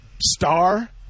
star